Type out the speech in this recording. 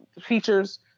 features